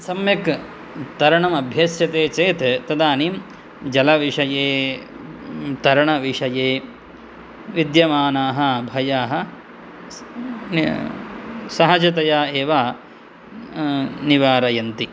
सम्यक् तरणम् अभ्यस्यते चेत् तदानीं जलविषये तरणविषये विद्यमानाः भयाः सहजतया एव निवारयन्ति